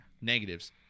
Negatives